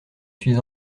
suis